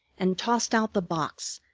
and tossed out the box,